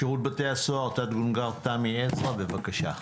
שירות בתי הסוהר, תת גונדר תמי עזרא, בבקשה.